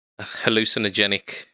hallucinogenic